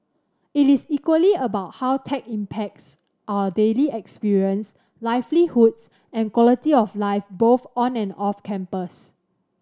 it is equally about how tech impacts our daily experience livelihoods and quality of life both on and off campus